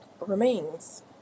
remains